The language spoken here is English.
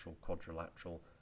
quadrilateral